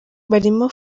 barimo